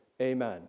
Amen